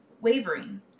wavering